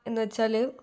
എന്ന് വച്ചാല്